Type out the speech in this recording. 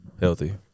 Healthy